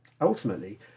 Ultimately